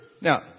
Now